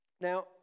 Now